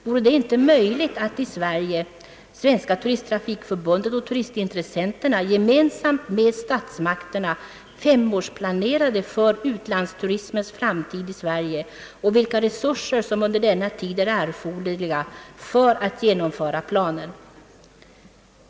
Vore det inte möjligt att STTF och turistintressenterna i Sverige gemensamt med statsmakterna gjorde upp en femårsplan för utlandsturismens framtid och undersökte vilka resurser som under denna tid är erforderliga för att genomföra planen?